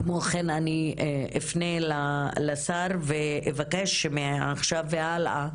כמו כן, אני אפנה לשר ואבקש שמעתה והלאה,